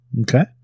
Okay